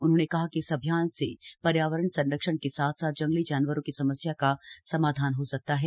उन्होंने कहा कि इस अभियान से पर्यावरण संरक्षण के साथ साथ जंगली जानवरों की समस्या का समाधान हो सकता है